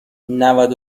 نود